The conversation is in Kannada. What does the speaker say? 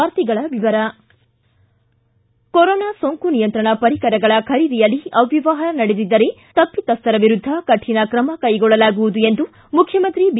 ವಾರ್ತೆಗಳ ವಿವರ ಕೊರೋನಾ ಸೋಂಕು ನಿಯಂತ್ರಣ ಪರಿಕರಗಳ ಖರೀದಿಯಲ್ಲಿ ಅವ್ಯವಹಾರ ನಡೆದಿದ್ದರೆ ತಪ್ಪತಸ್ಥರ ವಿರುದ್ದ ಕಠಿಣ ತ್ರಮ ಕೈಗೊಳ್ಳಲಾಗುವುದು ಎಂದು ಮುಖ್ಚಮಂತ್ರಿ ಬಿ